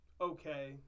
okay